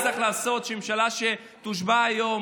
שהיא הממשלה שתושבע היום,